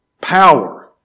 power